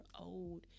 old